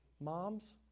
Moms